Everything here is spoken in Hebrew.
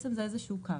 בעצם זה איזשהו קו.